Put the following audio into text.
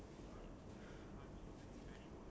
she went she went back to work already ya